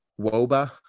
Woba